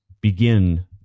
begin